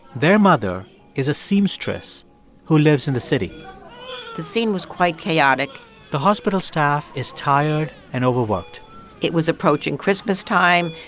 their mother is a seamstress who lives in the city the scene was quite chaotic the hospital staff is tired and overworked it was approaching christmastime.